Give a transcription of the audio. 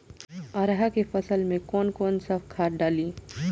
अरहा के फसल में कौन कौनसा खाद डाली?